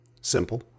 Simple